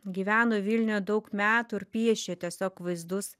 gyveno vilniuje daug metų ir piešė tiesiog vaizdus